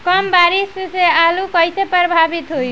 कम बारिस से आलू कइसे प्रभावित होयी?